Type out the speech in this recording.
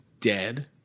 dead